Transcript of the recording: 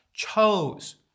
Chose